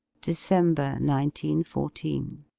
december nineteen fourteen.